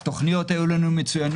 היו לנו תוכניות מצוינות,